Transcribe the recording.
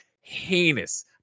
heinous